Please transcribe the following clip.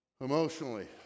Emotionally